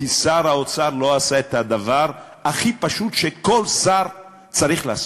כי שר האוצר לא עשה את הדבר הכי פשוט שכל שר צריך לעשות,